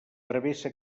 travessa